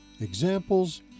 Examples